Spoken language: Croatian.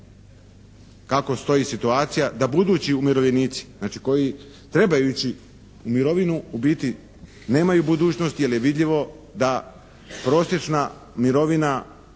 Kako stoji situacija da budući umirovljenici, znači koji trebaju ići u mirovinu u biti nemaju budućnosti, jer je vidljivo da prosječna mirovina